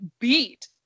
beat